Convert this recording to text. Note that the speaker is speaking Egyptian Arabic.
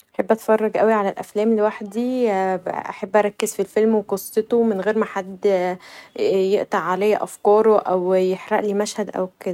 بحب اتفرج اوي علي الأفلام لوحدي بحب اركز في الفيلم و قصته من غير ما حد يقطع عليا أفكاره او يحرقلي مشهد او كدا.